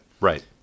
right